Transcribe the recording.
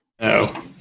No